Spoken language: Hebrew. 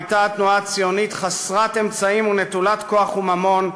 הייתה התנועה הציונית חסרת אמצעים ונטולת כוח וממון,